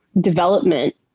development